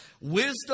Wisdom